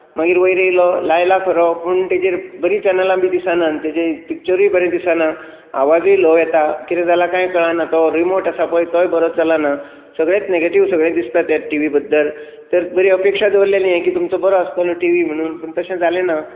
मागीर वयर येयलो लायला खरो पूण ताजेर बरी चॅनलां बी दिसनात ताजेर पिक्चरूय बरें दिसना आवाजूय लोव येता तो रिमोट आसा पळय तोवूय बरो चलना सगळेंच नेगेटीव दिसता ते टीवी बद्दल बरी अपेक्षा दवरलेली हांवें की तुमचो बरो आसतलो टीवी म्हणून पूण तशें जालें ना